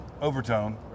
overtone